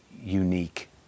unique